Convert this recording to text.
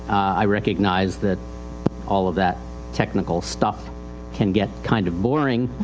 i recognize that all of that technical stuff can get kind of boring.